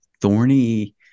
thorny